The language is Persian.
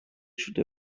شده